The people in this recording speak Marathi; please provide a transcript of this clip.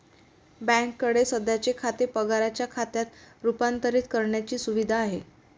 बँकेकडे सध्याचे खाते पगाराच्या खात्यात रूपांतरित करण्याची सुविधा आहे